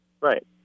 Right